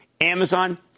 Amazon